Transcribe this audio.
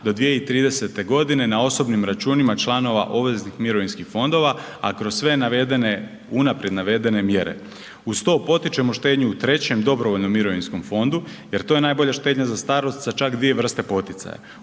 do 2030. godine na osobnim računima članova obveznih mirovinskih fondova, a kroz sve navedene, unaprijed navedene mjere. Uz to potičemo štednju u trećem dobrovoljnom mirovinskom fondu jer to je najbolja štednja za starost sa čak dvije vrste poticaja.